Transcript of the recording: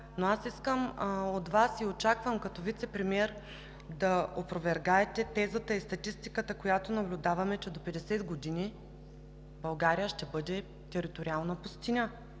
но аз искам от Вас и очаквам като Вицепремиер да опровергаете тезата и статистиката, която наблюдаваме, че до 50 години България ще бъде териториална пустиня.